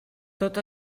tot